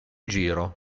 giro